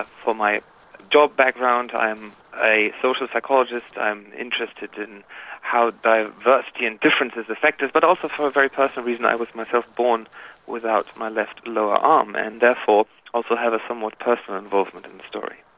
ah for my job background i am a social psychologist, i am interested in how diversity and differences affect us, but also for a very personal reason i was myself born without my left lower arm, and therefore also have a somewhat personal involvement in the story.